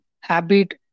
habit